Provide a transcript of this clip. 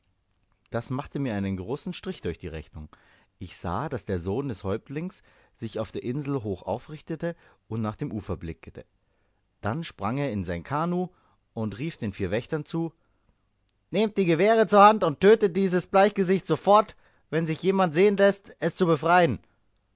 das machte mir einen großen strich durch die rechnung ich sah daß der sohn des häuptlings sich auf der insel hoch aufrichtete und nach dem ufer blickte dann sprang er in sein kanoe und rief den vier wächtern zu nehmt die gewehre zur hand und tötet dieses bleichgesicht sofort wenn sich jemand sehen läßt es zu befreien